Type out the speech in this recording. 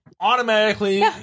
automatically